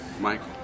Michael